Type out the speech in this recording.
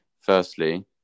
Firstly